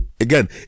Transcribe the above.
again